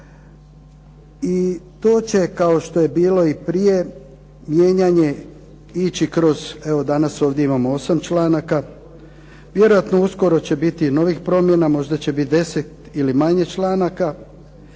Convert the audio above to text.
I to će kao što je bilo i prije mijenjanje ići kroz evo danas ovdje imamo 8 članaka, vjerojatno će uskoro biti novih promjena vjerojatno će biti 10 ili manje članaka,